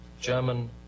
german